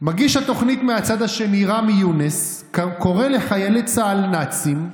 מגיש התוכנית מהצד השני רמי יונס קרא לחיילי צה"ל "נאצים",